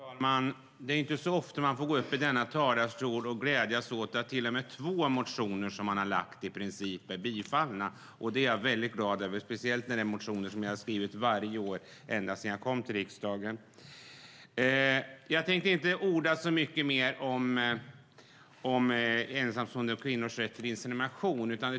Herr talman! Det är inte ofta man får gå upp i denna talarstol och glädjas åt att två motioner som man väckt i princip är bifallna. Det är jag väldigt glad över, speciellt som det är motioner som jag väckt varje år sedan jag kom in i riksdagen. Jag ska inte orda så mycket om ensamstående kvinnors rätt till insemination.